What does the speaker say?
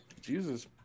Jesus